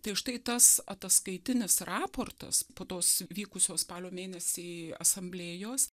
tai štai tas ataskaitinis raportas po tos vykusios spalio mėnesį asamblėjos